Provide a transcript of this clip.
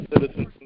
citizens